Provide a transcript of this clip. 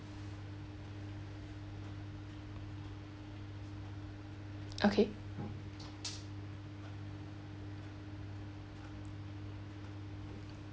okay